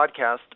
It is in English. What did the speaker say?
podcast